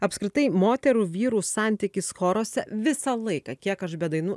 apskritai moterų vyrų santykis choruose visą laiką kiek aš be dainų